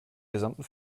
gesamten